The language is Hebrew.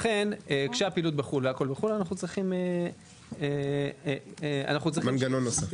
לכן כשהפעילות והכול בחו"ל אנחנו צריכים מנגנון נוסף,